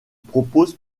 propose